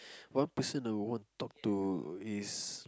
one person I want talk to is